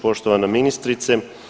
Poštovana ministrice.